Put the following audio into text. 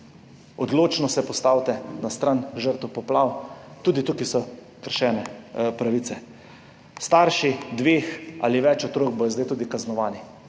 Odločno se postavite na stran žrtev poplav, tudi tukaj so kršene pravice. Starši dveh ali več otrok bodo zdaj tudi kaznovani,